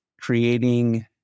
creating